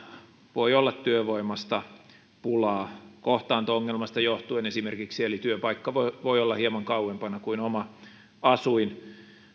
voi olla työvoimasta pulaa kohtaanto ongelmasta johtuen esimerkiksi eli työpaikka voi voi olla hieman kauempana kuin oma asuinseutu